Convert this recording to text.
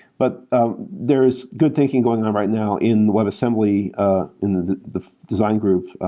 but ah there is good thinking going on right now in webassembly ah in the the design group,